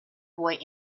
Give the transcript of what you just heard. boy